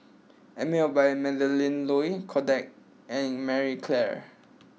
Emel by Melinda Looi Kodak and Marie Claire